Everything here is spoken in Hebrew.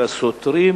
אלא סותרים,